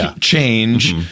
change